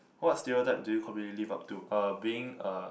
what stereotype do you completely live up to uh being a